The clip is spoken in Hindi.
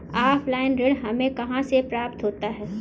ऑफलाइन ऋण हमें कहां से प्राप्त होता है?